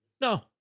no